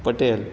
Patel